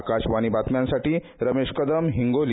आकाशवाणी बातम्यांसाठी रमेश कदम हिंगोली